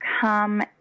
come